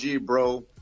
bro